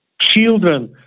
children